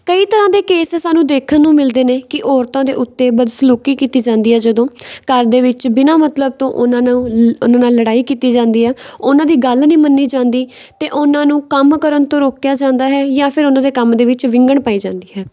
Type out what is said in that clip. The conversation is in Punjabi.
ਕਈ ਤਰ੍ਹਾਂ ਦੇ ਕੇਸ ਸਾਨੂੰ ਦੇਖਣ ਨੂੰ ਮਿਲਦੇ ਨੇ ਕਿ ਔਰਤਾਂ ਦੇ ਉੱਤੇ ਬਦਸਲੂਕੀ ਕੀਤੀ ਜਾਂਦੀ ਹੈ ਜਦੋਂ ਘਰ ਦੇ ਵਿੱਚ ਬਿਨਾਂ ਮਤਲਬ ਤੋਂ ਉਹਨਾਂ ਨੂੰ ਉਹਨਾਂ ਨਾਲ ਲੜਾਈ ਕੀਤੀ ਜਾਂਦੀ ਆ ਉਹਨਾਂ ਦੀ ਗੱਲ ਨਹੀਂ ਮੰਨੀ ਜਾਂਦੀ ਅਤੇ ਉਹਨਾਂ ਨੂੰ ਕੰਮ ਕਰਨ ਤੋਂ ਰੋਕਿਆ ਜਾਂਦਾ ਹੈ ਜਾਂ ਫਿਰ ਉਹਨਾਂ ਦੇ ਕੰਮ ਦੇ ਵਿੱਚ ਵਿਘਨ ਪਾਈ ਜਾਂਦੀ ਹੈ